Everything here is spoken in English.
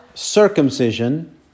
circumcision